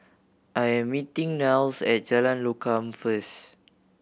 I am meeting Niles at Jalan Lokam first